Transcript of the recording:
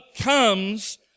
comes